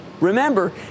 Remember